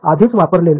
आधीच वापरलेले